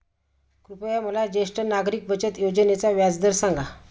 कृपया मला ज्येष्ठ नागरिक बचत योजनेचा व्याजदर सांगा